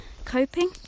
Coping